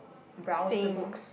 browse the books